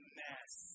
mess